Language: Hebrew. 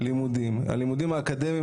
הלימודים האקדמיים,